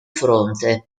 fronte